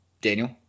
Daniel